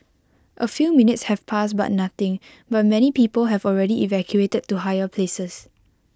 A few minutes have passed but nothing but many people have already evacuated to higher places